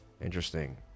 Interesting